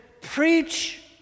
preach